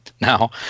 now